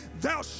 thou